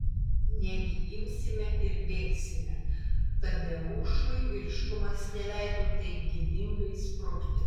negi imsime ir bėgsime tadeušui vyriškumas neleido taip gėdingai sprukti